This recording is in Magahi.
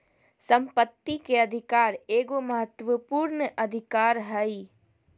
संपत्ति के अधिकार एगो महत्वपूर्ण अधिकार हइ